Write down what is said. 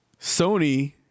Sony